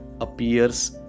appears